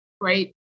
right